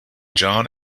john